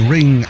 Ring